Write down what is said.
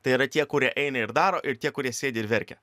tai yra tie kurie eina ir daro ir tie kurie sėdi ir verkia